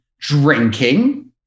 drinking